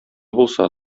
булса